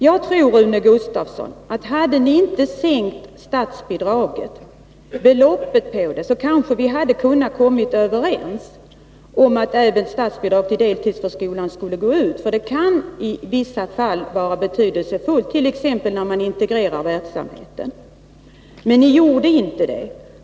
Jag tror, Rune Gustavsson, att hade ni inte sänkt statsbidragsbeloppet, så hade vi kanske kunnat komma överens om att statsbidrag skulle utgå även till deltidsförskolan, för det kan i vissa fall vara betydelsefullt, t.ex. när man integrerar verksamheten. Men så blev det inte.